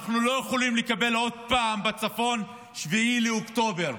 אנחנו לא יכולים לקבל עוד פעם בצפון 7 באוקטובר.